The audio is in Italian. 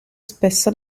spesso